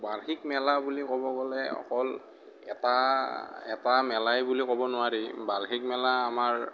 বাৰ্ষিক মেলা বুলি কব গ'লে অকল এটা এটা মেলাই বুলি ক'ব নোৱাৰি বাৰ্ষিক মেলা আমাৰ